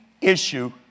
issue